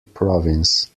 province